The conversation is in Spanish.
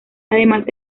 además